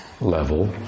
level